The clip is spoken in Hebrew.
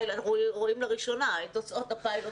אנחנו רואים לראשונה - תוצאות הפיילוט